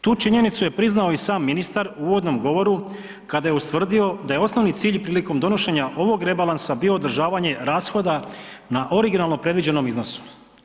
Tu činjenicu je priznao i sam ministar u uvodnom govoru kada je ustvrdio da je osnovni cilj prilikom donošenja ovog rebalansa bio održavanje rashoda na originalno predviđenom iznosu.